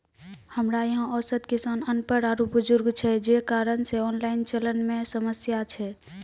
हमरा यहाँ औसत किसान अनपढ़ आरु बुजुर्ग छै जे कारण से ऑनलाइन चलन मे समस्या छै?